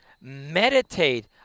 Meditate